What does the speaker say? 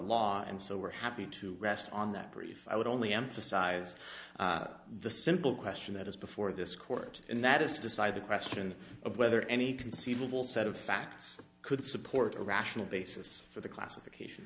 law and so we're happy to rest on that brief i would only emphasize the simple question that is before this court and that is to decide the question of whether any conceivable set of facts could support a rational basis for the classification